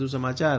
વધુ સમાચાર